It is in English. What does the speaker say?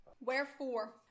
Wherefore